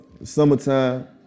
Summertime